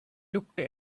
looked